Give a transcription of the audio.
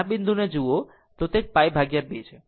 આમ જો આ બિંદુને જુઓ અને જુઓ તો તે π2 છે